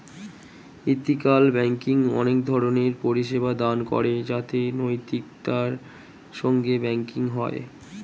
ethical banking অনেক ধরণের পরিষেবা দান করে যাতে নৈতিকতার সঙ্গে ব্যাঙ্কিং হয়